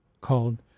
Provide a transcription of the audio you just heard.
called